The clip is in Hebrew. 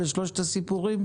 לשלושת הסיפורים?